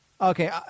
Okay